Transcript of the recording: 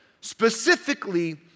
specifically